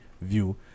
view